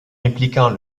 impliquant